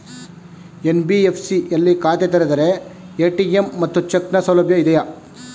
NBFC ಯಲ್ಲಿ ಖಾತೆ ತೆರೆದರೆ ಎ.ಟಿ.ಎಂ ಮತ್ತು ಚೆಕ್ ನ ಸೌಲಭ್ಯ ಇದೆಯಾ?